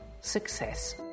success